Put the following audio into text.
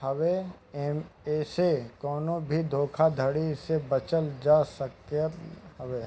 हवे एसे कवनो भी धोखाधड़ी से बचल जा सकत हवे